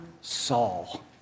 Saul